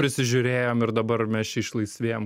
prisižiūrėjom ir dabar mes čia išlaisvėjam